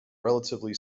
relatively